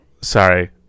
Sorry